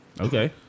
Okay